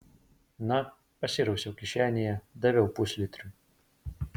na pasirausiau kišenėje daviau puslitriui